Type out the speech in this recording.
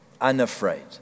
unafraid